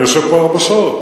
אני יושב כאן ארבע שעות.